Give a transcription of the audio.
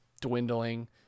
dwindling